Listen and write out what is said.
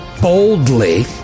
boldly